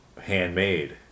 handmade